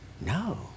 no